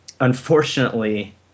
unfortunately